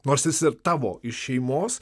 nors jis ir tavo iš šeimos